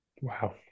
Wow